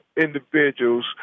individuals